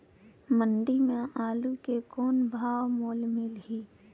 मंडी म आलू के कौन भाव मोल मिलही?